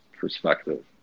perspective